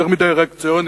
יותר מדי ריאקציוניים.